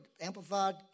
Amplified